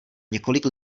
několik